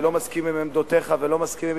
אני לא מסכים עם עמדותיך ולא מסכים עם